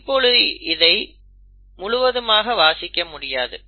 இப்பொழுது இதை முழுவதுமாக வாசிக்க முடியாது